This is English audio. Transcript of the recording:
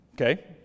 okay